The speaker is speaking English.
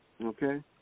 Okay